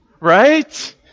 right